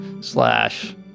slash